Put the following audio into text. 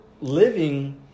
living